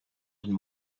and